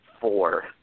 Four